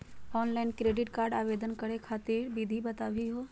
Online credit card आवेदन करे खातिर विधि बताही हो?